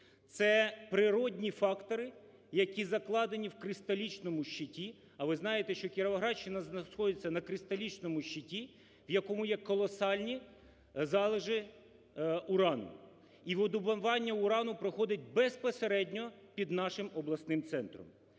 це природні фактори, які закладені в кристалічному щиті. А ви знаєте, що Кіровоградщина знаходиться на кристалічному щиті, в якому є колосальні залежи урану. І видобування урану проходить безпосередньо під нашим обласним центром.